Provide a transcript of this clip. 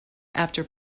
after